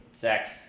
sex